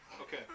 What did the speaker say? Okay